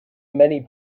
many